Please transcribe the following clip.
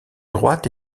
droite